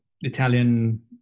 Italian